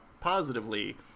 positively